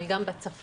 אבל גם בצפון,